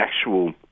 actual